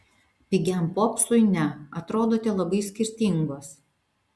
pigiam popsui ne atrodote labai skirtingos